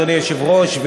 אדוני היושב-ראש,